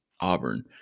Auburn